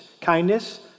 kindness